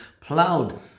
plowed